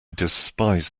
despise